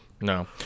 no